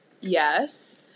yes